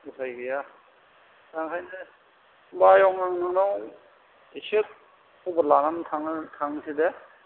उफाय गैया दा आंखायनो होनबा आयं आं नोंनाव इसे खबर लानानै थांनो थांसै दे